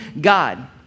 God